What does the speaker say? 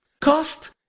Cost